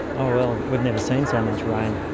ah well, we've never seen so much rain.